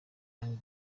young